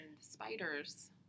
spiders